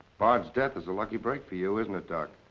bard's death is a lucky break for you, isn't it, doc?